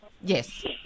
Yes